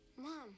Mom